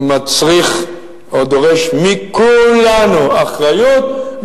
הדבר מצריך או דורש מכולנו אחריות,